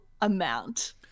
amount